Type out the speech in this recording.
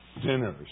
sinners